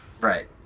Right